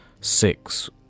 six